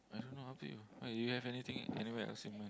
I don't know up to you why do you have anything anywhere else you want